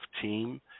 team